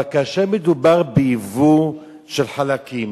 אבל כאשר מדובר בייבוא של חלקים,